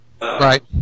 Right